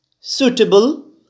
suitable